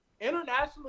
Internationally